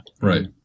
Right